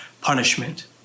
punishment